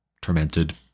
tormented